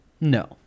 No